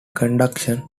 conduction